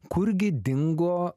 kurgi dingo